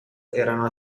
erano